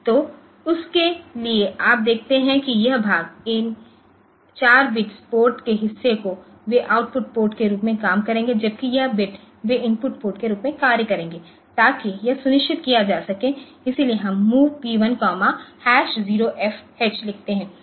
तो उसके लिए आप देखते हैं कि यह भाग इन 4 बिट्स पोर्ट के हिस्से को वे आउटपुट पोर्ट के रूप में काम करेंगे जबकि यह बिट वे इनपुट पोर्ट के रूप में कार्य करेंगे ताकि यह सुनिश्चित किया जा सके इसलिए हम MOV P10FH लिखते हैं